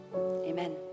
amen